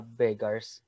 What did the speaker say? beggars